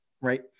right